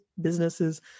businesses